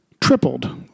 tripled